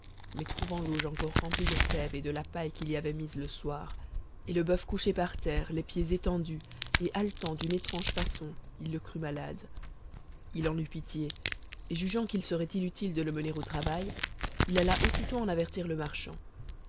mais trouvant l'auge encore remplie des fèves et de la paille qu'il y avait mises le soir et le boeuf couché par terre les pieds étendus et haletant d'une étrange façon il le crut malade il en eut pitié et jugeant qu'il serait inutile de le mener au travail il alla aussitôt en avertir le marchand